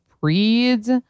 breeds